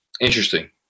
Interesting